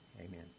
Amen